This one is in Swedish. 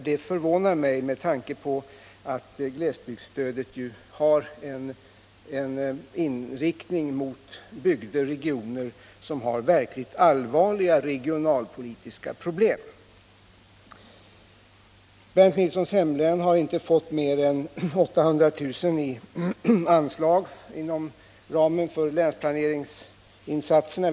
Det förvånar mig, med tanke på att glesbygdsstödet ju är inriktat mot regioner som har verkligt allvarliga regionalpolitiska problem. Bernt Nilssons hemlän har inte fått mer än 800 000 kr. i anslag inom ramen för länsplaneringsinsatserna.